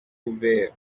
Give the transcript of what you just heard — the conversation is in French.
ouverte